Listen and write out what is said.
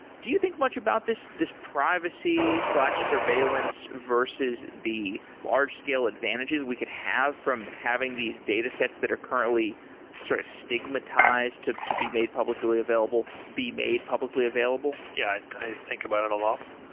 do you think much about this this privacy surveillance versus the large scale advantages we could have from having these datasets that are currently sort of stigmatized, to to be made publicly available, be made publicly available? yeah, i think about it a lot.